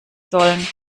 sollen